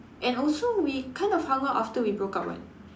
and also we kind of hung out after we broke up [what]